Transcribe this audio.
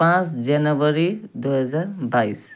पाँच जनवरी दुई हजार बाइस